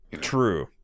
true